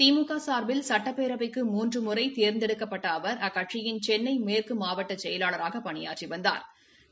திமுக சா்பில் சுட்டப்பேரவைக்கு மூன்று முறை தோ்ந்தெடுக்கப்பட்ட அவர் அக்கட்சியின் சென்னை மேற்கு மாவட்ட செயலாளராக பணியாற்றி வநதாா்